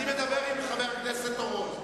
אני מדבר עם חבר הכנסת אורון.